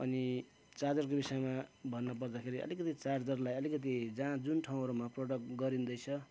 अनि चार्जरको विषयमा भन्नुपर्दाखेरि अलिकति चार्जरलाई अलिकति जहाँ जुन ठाउँहरूमा प्रडक्ट गरिँदैछ